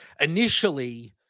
Initially